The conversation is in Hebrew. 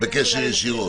בקשר ישירות.